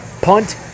punt